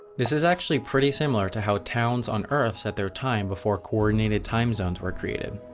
this is actually pretty similar to how towns on earth set their time before coordinated time zones were created.